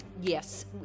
Yes